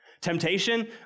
Temptation